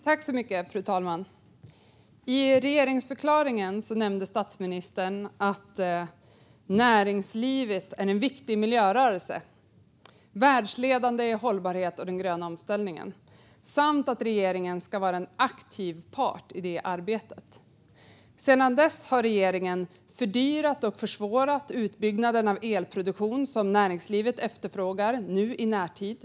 Fru talman! I regeringsförklaringen nämnde statsministern att näringslivet är en viktig miljörörelse, världsledande i hållbarhet och den gröna omställningen, och att regeringen ska vara en aktiv part i det arbetet. Sedan dess har regeringen fördyrat och försvårat för utbyggnaden av elproduktion som näringslivet efterfrågar i närtid.